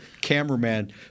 cameraman